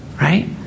Right